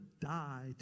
die